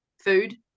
food